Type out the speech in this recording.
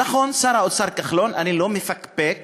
נכון, שר האוצר כחלון, אני לא מפקפק